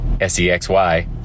S-E-X-Y